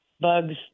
Bugs